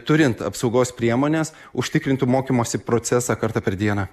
turint apsaugos priemones užtikrintų mokymosi procesą kartą per dieną